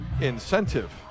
incentive